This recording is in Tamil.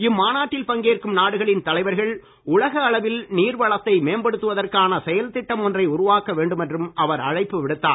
இம்மாநாட்டில் பங்கேற்கும் நாடுகளின் தலைவர்கள் உலக அளவில் நீர் வளத்தை மேம்படுத்துவதற்கான செயல் திட்டம் ஒன்றை உருவாக்க வேண்டும் என்றும் அவர் அழைப்பு விடுத்தார்